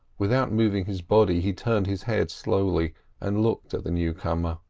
without moving his body, he turned his head slowly and looked at the newcomer.